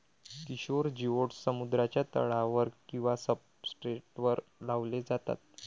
Kishore geodes समुद्राच्या तळावर किंवा सब्सट्रेटवर लावले जातात